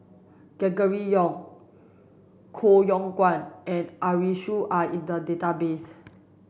Gregory Yong Koh Yong Guan and Arasu are in the database